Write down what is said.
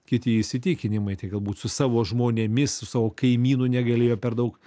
kiti įsitikinimai tik galbūt su savo žmonėmis su savo kaimynu negalėjo per daug